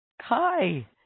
Hi